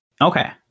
okay